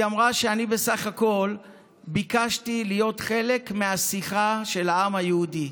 היא אמרה: אני בסך הכול ביקשתי להיות חלק מהשיחה של העם היהודי,